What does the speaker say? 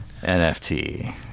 NFT